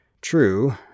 True